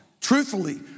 truthfully